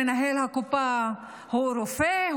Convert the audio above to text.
מנהל הקופה הוא רופא,